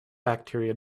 bacteria